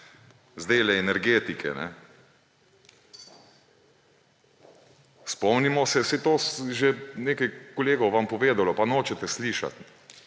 zdajle energetike. Spomnimo se – saj to je že nekaj kolegov vam povedalo, pa nočete slišati